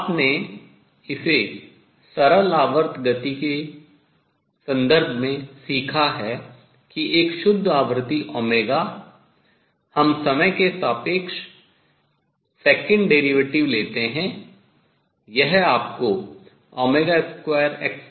आपने इसे सरल आवर्त गति के संदर्भ में सीखा है कि एक शुद्ध आवृत्ति हम समय के सापेक्ष द्वितीय अवकलज लेते हैं यह आपको 2t देता है